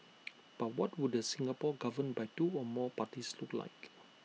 but what would A Singapore governed by two or more parties look like